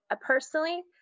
personally